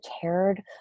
cared